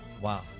Wow